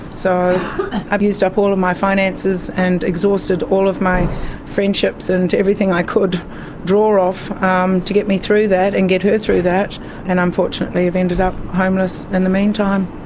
so i've used up all of my finances and exhausted all of my friendships and everything i could draw off to get me through that and get her through that and unfortunately i've ended up homeless in the meantime.